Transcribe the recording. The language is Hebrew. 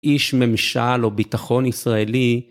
איש ממשל או ביטחון ישראלי.